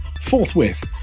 forthwith